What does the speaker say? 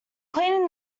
cleaning